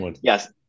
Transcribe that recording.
Yes